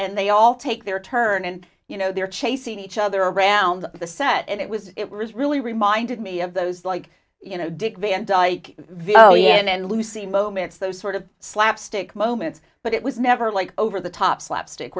and they all take their turn and you know they're chasing each other around the set and it was it was really reminded me of those like you know dick van dyke v and lucy moments those sort of slapstick moments but it was never like over the top slapstick